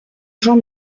gens